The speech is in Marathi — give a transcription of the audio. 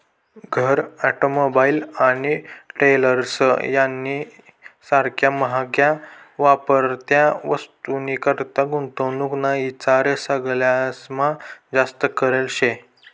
घर, ऑटोमोबाईल आणि ट्रेलर्स यानी सारख्या म्हाग्या वापरत्या वस्तूनीकरता गुंतवणूक ना ईचार सगळास्मा जास्त करेल शे